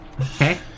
Okay